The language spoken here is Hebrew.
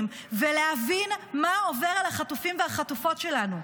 ולהבין מה עובר על החטופים והחטופות שלנו.